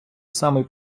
самий